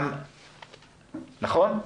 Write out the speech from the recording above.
נכון?